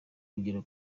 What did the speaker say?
urugero